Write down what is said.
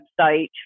website